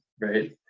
right